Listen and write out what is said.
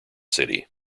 city